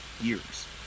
years